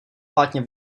plátně